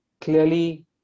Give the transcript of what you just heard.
clearly